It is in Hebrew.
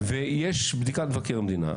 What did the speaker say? ויש בדיקת מבקר המדינה.